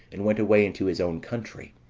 and went away into his own country,